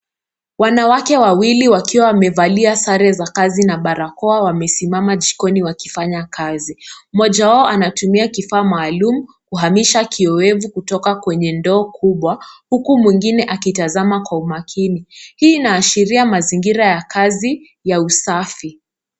Wanawake wawili wakiwa wamevalia sare za kazi na barakoa wamesimama jikoni wakifanya kazi, mmoja wao anatumia kifaa maalum kuhamisha kiowevu kutoka kwenye ndoo kubwa, huku mwingine akitazama kwa umakini, hii inaashiria mazingira ya kazi ya usafi.